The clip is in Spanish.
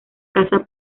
casa